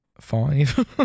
five